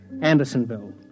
Andersonville